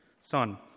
Son